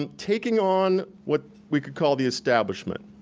and taking on what we could call the establishment,